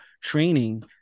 training